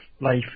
life